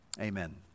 Amen